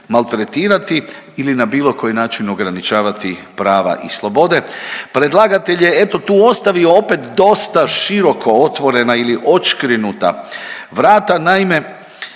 maltretirati ili na bilo koji način ograničavati prava i slobode. Predlagatelj je eto tu ostavio opet dosta široko otvorena ili odškrinuta vrata. Naime,